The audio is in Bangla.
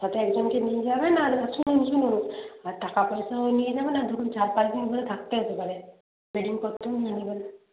সাথে একজনকে নিয়ে যাবেন আর শুনুন শুনুন আর টাকা পয়সাও নিয়ে যাবেন আর ধরুন চার পাঁচ দিন ধরে থাকতে হতে পারে বেডিংপত্রও নিয়ে নেবেন